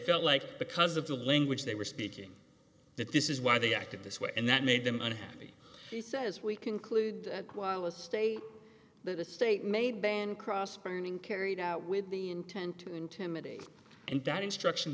felt like because of the language they were speaking that this is why they acted this way and that made them unhappy he says we concluded it was stay that the state may ban cross burning carried out with the intent to intimidate and that instruction